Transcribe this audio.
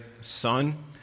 Son